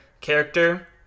character